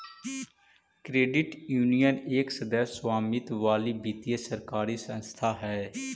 credit union एक सदस्य स्वामित्व वाली वित्तीय सरकारी संस्था हइ